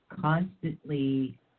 constantly